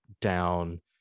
down